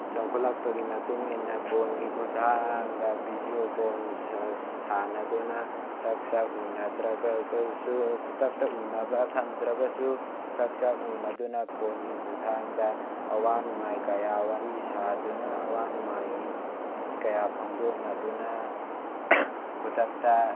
ꯆꯥꯎꯈꯠꯂꯛꯄꯒꯤ ꯃꯇꯨꯡ ꯏꯟꯅ ꯐꯣꯟꯒꯤ ꯈꯨꯠꯊꯥꯡꯗ ꯕꯤꯗꯤꯑꯣ ꯀꯣꯜ ꯁꯥꯟꯅꯗꯨꯅ ꯁꯛ ꯁꯛ ꯎꯅꯗ꯭ꯔꯒꯕꯁꯨ ꯈꯨꯗꯛꯇ ꯎꯟꯅꯕ ꯐꯪꯗ꯭ꯔꯥꯒꯁꯨ ꯁꯛ ꯁꯛ ꯎꯅꯗꯨꯅ ꯐꯣꯟꯒꯤ ꯈꯨꯠꯊꯥꯡꯗ ꯑꯋꯥ ꯅꯨꯡꯉꯥꯏ ꯀꯌꯥ ꯋꯥꯔꯤ ꯁꯥꯗꯨꯅ ꯑꯋꯥ ꯅꯨꯉꯥꯏꯒꯤ ꯀꯌꯥ ꯐꯣꯡꯗꯣꯛꯅꯗꯨꯅ ꯈꯨꯗꯛꯇ